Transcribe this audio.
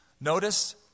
notice